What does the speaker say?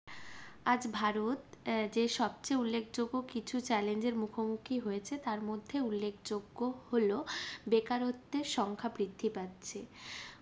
আজ ভারত যে সবচেয়ে উল্লেখযোগ্য কিছু চ্যালেঞ্জের মুখোমুখি হয়েছে তার মধ্যে উল্লেখযোগ্য হলো বেকারত্বের সংখ্যা বৃদ্ধি পাচ্ছে